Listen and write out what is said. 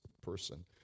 person